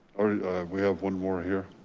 or we have one more here.